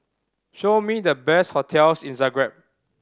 show me the best hotels in Zagreb